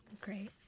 Great